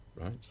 Right